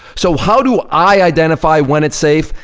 so how do i identify when it's safe,